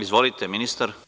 Izvolite, ministar.